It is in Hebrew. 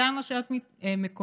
אותן רשויות מקומיות